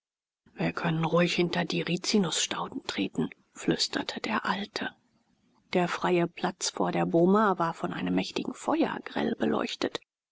wir können ruhig hinter die rizinusstauden treten flüsterte der alte der freie platz vor der boma war von einem mächtigen feuer grell beleuchtet